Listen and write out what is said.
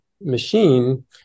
machine